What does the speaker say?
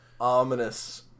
Ominous